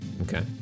Okay